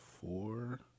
four